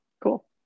Cool